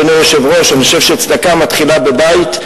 אדוני היושב-ראש: אני חושב שצדקה מתחילה בבית,